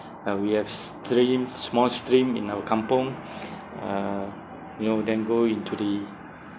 uh we have stream small stream in our kampung uh you know then go into the